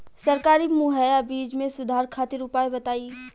सरकारी मुहैया बीज में सुधार खातिर उपाय बताई?